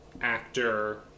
actor